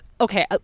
Okay